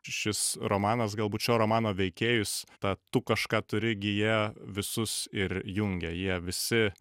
šis romanas galbūt šio romano veikėjus ta tu kažką turi gija visus ir jungia jie visi